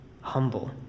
humble